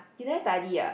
you never study ah